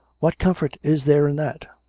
what comfort is there in that?